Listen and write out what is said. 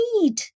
need